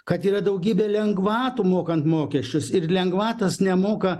kad yra daugybė lengvatų mokant mokesčius ir lengvatas nemoka